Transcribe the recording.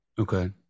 Okay